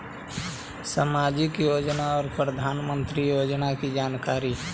समाजिक योजना और प्रधानमंत्री योजना की जानकारी?